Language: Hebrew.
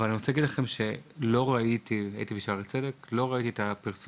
אני רוצה להגיד - הייתי בשערי צדק שלא ראיתי את הפרסום.